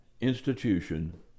institution